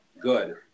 good